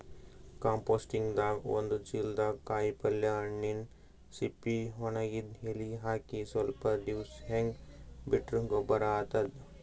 ಕಂಪೋಸ್ಟಿಂಗ್ದಾಗ್ ಒಂದ್ ಚಿಲ್ದಾಗ್ ಕಾಯಿಪಲ್ಯ ಹಣ್ಣಿನ್ ಸಿಪ್ಪಿ ವಣಗಿದ್ ಎಲಿ ಹಾಕಿ ಸ್ವಲ್ಪ್ ದಿವ್ಸ್ ಹಂಗೆ ಬಿಟ್ರ್ ಗೊಬ್ಬರ್ ಆತದ್